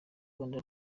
rwanda